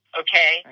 okay